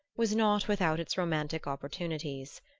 was not without its romantic opportunities.